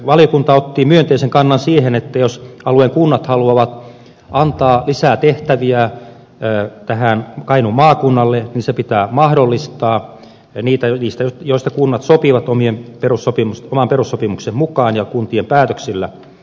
valiokunta otti myönteisen kannan siihen että jos alueen kunnat haluavat antaa lisää tehtäviä kainuun maakunnalle se pitää mahdollistaa niiden tehtävien osalta joista kunnat sopivat oman perussopimuksen mukaan ja kuntien päätöksillä